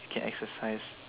can exercise